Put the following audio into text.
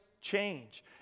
change